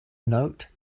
note